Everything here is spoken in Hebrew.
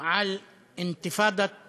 על אינתיפאדת